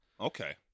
okay